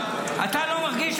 אתה לא מרגיש,